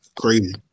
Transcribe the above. Crazy